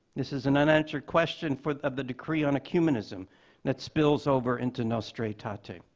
this is an unanswered question of the decree on ecumenism that spills over into nostra aetate.